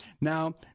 Now